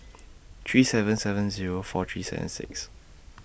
three seven seven Zero four three seven six